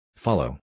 Follow